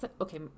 Okay